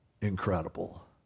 incredible